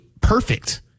perfect